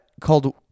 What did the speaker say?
Called